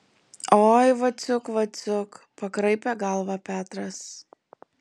oi vaciuk vaciuk pakraipė galvą petras